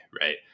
right